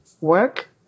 work